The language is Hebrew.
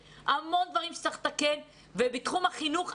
יש המון דברים שצריך לתקן בתחום החינוך,